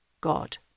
God